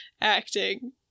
acting